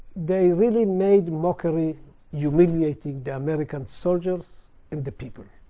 they really made mockery humiliating the american soldiers and the people.